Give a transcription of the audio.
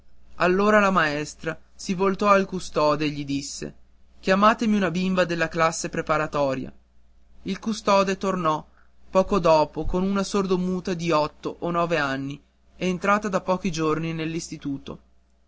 allora la maestra si voltò al custode e gli disse chiamatemi una bimba della classe preparatoria il custode tornò poco dopo con una sordomuta di otto o nove anni entrata da pochi giorni